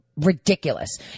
Ridiculous